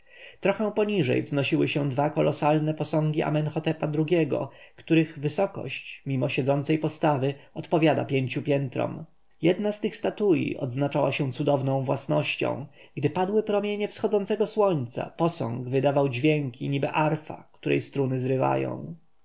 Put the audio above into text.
trochę poniżej wznosiły się dwa kolosalne posągi amenhotepa ii-go których wysokość mimo siedzącej postawy odpowiada pięciu piętrom jedna z tych statui odznaczała się cudowną własnością gdy padły promienie wschodzącego słońca posąg wydawał dźwięki niby arfa której struny zrywają